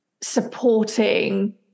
supporting